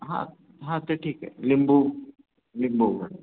हां हां ते ठीक आहे लिंबू लिंबू बरं